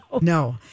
No